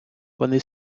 вони